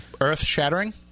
earth-shattering